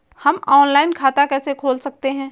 हम ऑनलाइन खाता कैसे खोल सकते हैं?